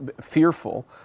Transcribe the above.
fearful